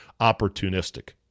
opportunistic